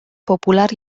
popular